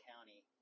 County